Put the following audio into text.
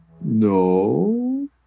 no